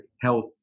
health